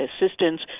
assistance